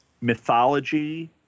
mythology